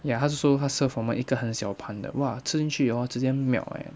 ya 他就说他 serve 我们一个很小盘 !wah! 吃进去 hor 直接 melt eh